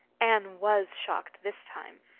anne was shocked this time.